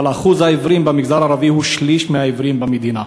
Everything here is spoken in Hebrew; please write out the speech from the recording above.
אבל אחוז העיוורים במגזר הערבי הוא שליש מהעיוורים במדינה.